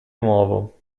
nuovo